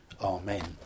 amen